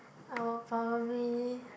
I would probably